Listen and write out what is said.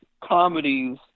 comedies